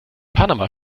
panama